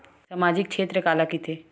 सामजिक क्षेत्र काला कइथे?